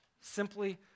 simply